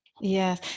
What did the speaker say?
Yes